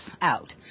out